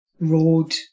road